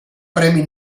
premi